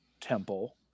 temple